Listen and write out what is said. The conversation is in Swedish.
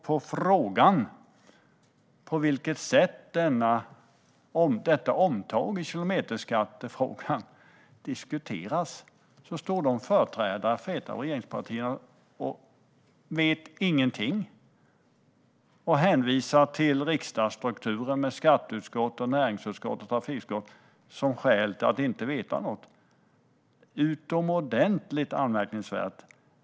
På frågan om hur detta omtag avseende kilometerskatten diskuteras står en företrädare för ett av regeringspartierna och säger att han inte vet någonting. Han hänvisar till riksdagsstrukturer med skatteutskott, näringsutskott och trafikutskott som skäl för att inte veta något. Det är utomordentligt anmärkningsvärt.